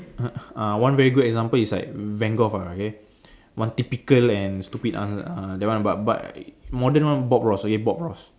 one very good example is like Van-Gogh ah okay one typical and stupid that one but but modern one Bob Ross okay Bob Ross